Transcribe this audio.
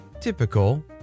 typical